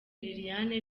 liliane